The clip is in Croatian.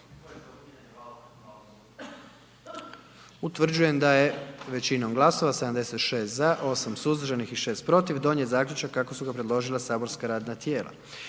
Utvrđujem da je većinom glasova 93 za i 1 suzdržani donijet zaključak kako ga je predložilo matično saborsko radno tijelo.